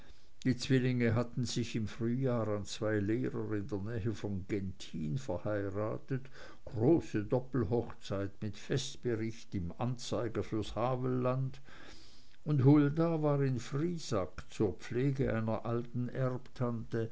die zwillinge hatten sich im frühjahr an zwei lehrer in der nähe von genthin verheiratet große doppelhochzeit mit festbericht im anzeiger fürs havelland und hulda war in friesack zur pflege einer alten